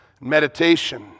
meditation